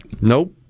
Nope